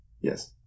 Yes